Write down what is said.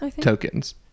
Tokens